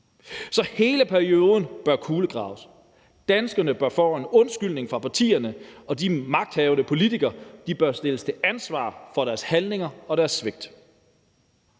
Så hele perioden bør kulegraves. Danskerne bør få en undskyldning fra partierne, og de magthavende politikere bør stilles til ansvar for deres handlinger og deres svigt.